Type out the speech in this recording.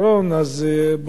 אז ברוך השם,